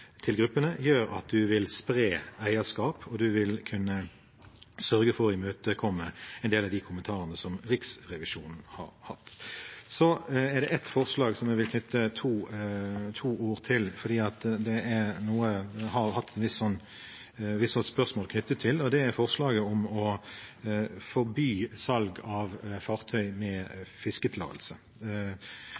til gruppene gjør at vi vil spre eierskap, og det vil kunne sørge for å imøtekomme en del av de kommentarene som Riksrevisjonen har hatt. Det er ett forslag som jeg vil knytte to ord til, for det er noe vi har hatt spørsmål knyttet til, og det er forslaget om å forby salg av fartøy med fisketillatelse.